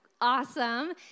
awesome